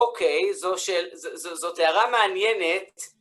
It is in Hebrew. אוקיי, זאת הערה מעניינת.